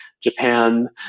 Japan